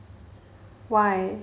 why